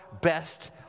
best